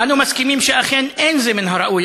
אנו מסכימים שאכן זה לא מן הראוי,